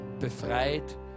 Befreit